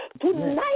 tonight